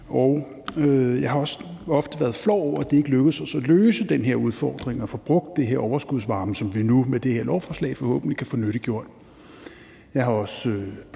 jeg har også ofte være flov over, at det ikke lykkedes os at løse den her udfordring og få brugt den her overskudsvarme, som vi nu med det her lovforslag forhåbentlig kan få nyttiggjort.